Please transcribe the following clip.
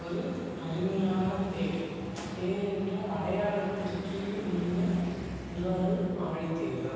ஒரு அருமையான தேர் தேர் என்ற அடையாளத்திற்கே உரிய திருவாரூர் ஆழித்தேர்தான்